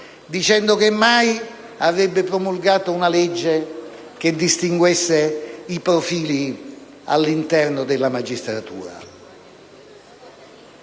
dicendo che mai avrebbe promulgato una legge che avesse distinto i profili all'interno della magistratura.